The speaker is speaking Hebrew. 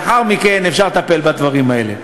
לאחר מכן אפשר לטפל בדברים האלה.